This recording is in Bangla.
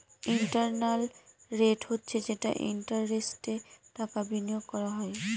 ইন্টারনাল রেট হচ্ছে যে ইন্টারেস্টে টাকা বিনিয়োগ করা হয়